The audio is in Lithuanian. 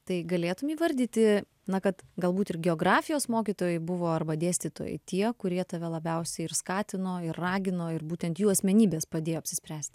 tai galėtum įvardyti na kad galbūt ir geografijos mokytojai buvo arba dėstytojai tie kurie tave labiausiai ir skatino ir ragino ir būtent jų asmenybės padėjo apsispręsti